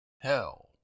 Hell